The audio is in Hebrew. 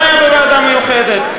גם היה בוועדה מיוחדת,